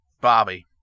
Bobby